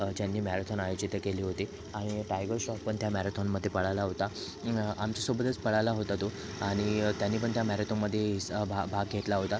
ज्यांनी मॅराथॉन आयोजित केली होती आणि टायगर श्रॉफ पण त्या मॅराथॉनमध्ये पळाला होता आमच्य सोबतच पळाला होता तो आणि त्याने पण त्या मॅराथॉनमध्ये हिस्सा भा भाग घेतला होता